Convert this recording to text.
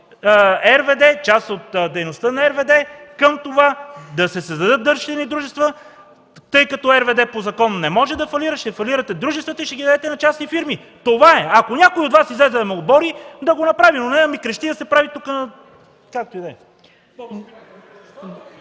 част от дейността на РВД към това да се създадат дъщерни дружества, тъй като РВД по закон не може да фалира, ще фалират дружествата и ще ги дадете на частни фирми. Това е! Ако някой излезе да ме обори, да го направи, но не да ми крещи и да се прави тука на... Както и да е...